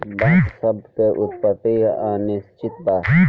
बांस शब्द के उत्पति अनिश्चित बा